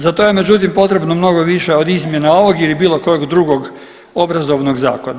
Za to je međutim potrebno mnogo više od izmjena ovog ili bilo kojeg drugog obrazovnog zakona.